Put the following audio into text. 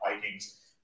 vikings